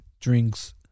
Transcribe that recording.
drinks